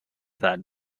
that